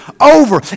over